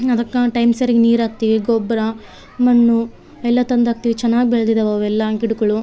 ಅದಕ್ಕೆ ಟೈಮ್ ಸರಿಯಾಗಿ ನೀರು ಹಾಕ್ತಿವಿ ಗೊಬ್ಬರ ಮಣ್ಣು ಎಲ್ಲ ತಂದು ಹಾಕ್ತಿವಿ ಚೆನ್ನಾಗ್ ಬೆಳ್ದಿದಾವೆ ಎಲ್ಲ ಗಿಡಗಳು